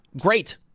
Great